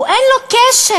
אין לו קשר,